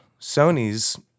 Sony's